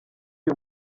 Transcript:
uyu